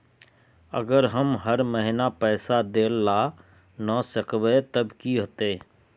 अगर हम हर महीना पैसा देल ला न सकवे तब की होते?